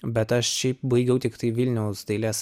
bet aš šiaip baigiau tiktai vilniaus dailės